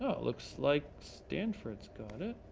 ah it looks like stanford's got it.